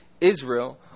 Israel